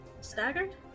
Staggered